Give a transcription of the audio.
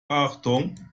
achtung